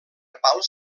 pals